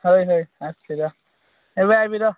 ହଏ ହଏ ଆସ ଯିବା ଏବେ ଆସିବି ରହ